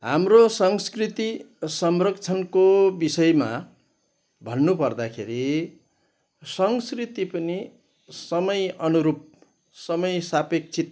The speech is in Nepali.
हाम्रो संस्कृति संरक्षणको विषयमा भन्नु पर्दाखेरि संस्कृति पनि समयअनुरूप समय सापेक्षित